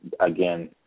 again